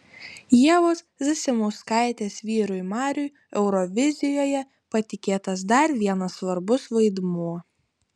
ievos zasimauskaitės vyrui mariui eurovizijoje patikėtas dar vienas svarbus vaidmuo